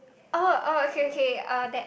oh oh okay okay that